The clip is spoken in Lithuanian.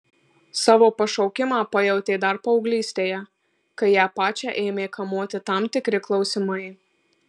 savo pašaukimą pajautė dar paauglystėje kai ją pačią ėmė kamuoti tam tikri klausimai